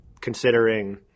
considering